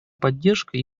поддержка